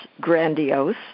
grandiose